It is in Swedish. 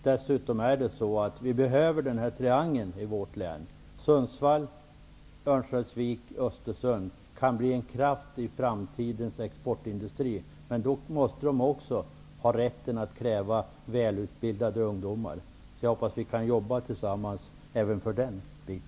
Dessutom behöver vi triangeln Sundsvall, Örnsköldsvik, Östersund i vårt län, vilken kan bli en kraftpunkt i framtidens exportindustri, men då måste man också ha rätt till att kräva välutbildade ungdomar. Jag hoppas att vi kan jobba tillsammans även för det.